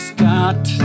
Scott